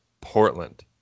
Portland